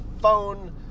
phone